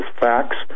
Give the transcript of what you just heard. facts